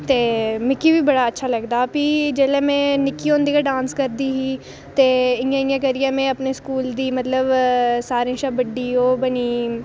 ते मिकी बी बड़ा अच्छा लगदा ही फ्ही में निक्की होंदी गै डांस करदी ही ते ते इ'यां इ'यां करियै मी अपने स्कूल दी मतलब सारें शा बड्डी ओह् बनी गेई